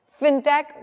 FinTech